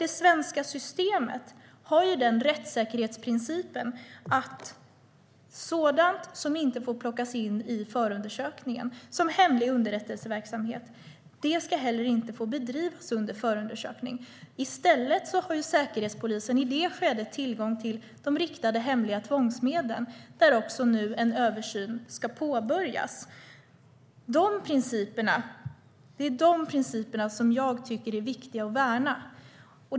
Det svenska systemet har den rättssäkerhetsprincipen att sådant som inte får plockas in i förundersökningen, till exempel hemlig underrättelseverksamhet, inte heller ska få bedrivas under förundersökningen. I stället har Säkerhetspolisen i det skedet tillgång till de riktade hemliga tvångsmedlen där en översyn också ska påbörjas nu. Det är de principerna jag tycker är viktiga att värna.